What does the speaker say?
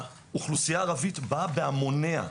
האוכלוסייה הערבית באה בהמוניה.